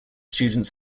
students